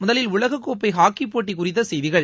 முதலில் உலகக்கோப்பை ஹாக்கிப்போட்டி குறித்த செய்திகள்